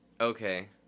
okay